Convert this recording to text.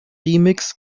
remix